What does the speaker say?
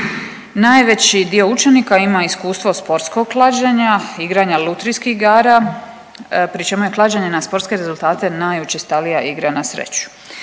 Najveći dio učenika ima iskustva sportskog klađenja, igranja lutrijskih igara pri čemu je klađenje na sportske rezultate najučestalija igra na sreću.